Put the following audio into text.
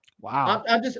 Wow